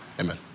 amen